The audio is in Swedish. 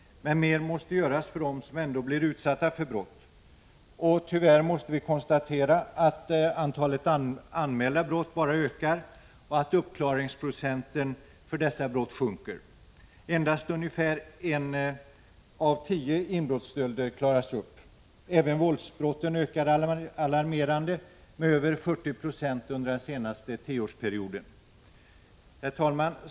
Men mer måste göras för dem som blir utsatta för brott. Och tyvärr måste vi konstatera att antalet anmälda brott bara ökar och att uppklaringsprocenten för dessa brott sjunker. Endast ungefär en av tio inbrottsstölder klaras upp. Även våldsbrotten ökar alarmerande: med över 40 26 under den senaste tioårsperioden. Herr talman!